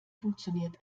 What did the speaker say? funktioniert